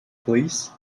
please